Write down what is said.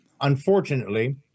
Unfortunately